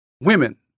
women